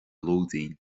lúidín